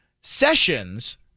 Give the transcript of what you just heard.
Sessions